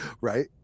right